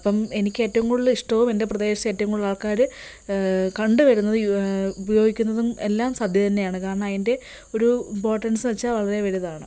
അപ്പം എനിക്ക് ഏറ്റവും കൂടുതല് ഇഷ്ടവും എൻ്റെ പ്രദേശത്തെ ഏറ്റവും കൂടുതൽ ആൾക്കാര് കണ്ടു വരുന്നത് ഉപയോഗിക്കുന്നതും എല്ലാം സദ്യ തന്നെയാണ് കാരണം അതിൻ്റെ ഒരു ഇമ്പോർട്ടൻസ് വെച്ചാൽ വളരെ വലുതാണ്